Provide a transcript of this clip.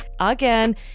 again